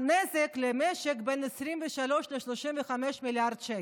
הנזק למשק הוא בין 23 ל-35 מיליארד שקל.